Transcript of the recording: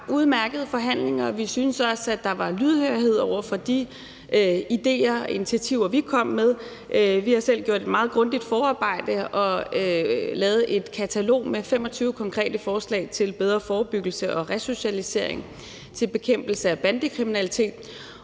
udmærkede forhandlinger, og vi synes også, der var lydhørhed over for de idéer og initiativer, vi kom med. Vi har selv gjort et meget grundigt forarbejde og lavet et katalog med 25 konkrete forslag til bedre forebyggelse og resocialisering til bekæmpelse af bandekriminalitet.